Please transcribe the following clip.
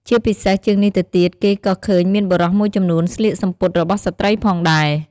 ជាពិសេសជាងនេះទៅទៀតគេក៏ឃើញមានបុរសមួយចំនួនស្លៀកសំពត់របស់ស្រ្តីផងដែរ។